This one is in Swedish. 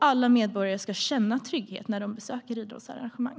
Alla medborgare ska känna trygghet när de besöker idrottsarrangemang.